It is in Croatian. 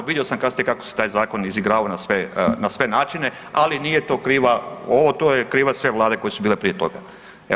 Vidio sam kasnije kako se taj zakon izigravao na sve načine, ali nije to kriva, to je kriva sve Vlade koje su bile prije toga.